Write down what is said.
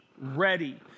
ready